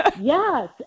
Yes